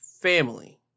family